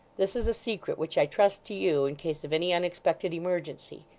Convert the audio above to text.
this is a secret which i trust to you in case of any unexpected emergency.